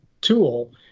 tool